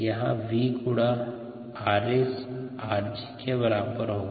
यहाँ V गुणा 𝑟𝑥 𝑟𝑔 के बराबर होगा